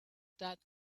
that